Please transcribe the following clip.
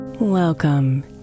Welcome